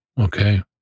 Okay